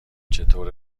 چطور